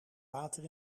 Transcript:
water